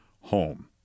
home